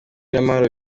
n’amahoro